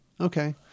Okay